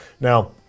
Now